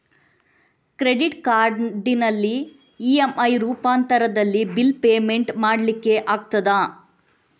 Credit ಕಾರ್ಡಿನಲ್ಲಿ EMI ರೂಪಾಂತರದಲ್ಲಿ bill payment ಮಾಡ್ಲಿಕ್ಕೆ ಆಗ್ತದ?